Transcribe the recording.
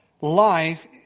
life